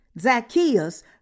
Zacchaeus